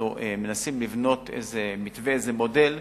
אנחנו מנסים לבנות מתווה, מודל,